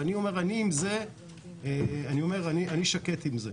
אני שקט עם זה.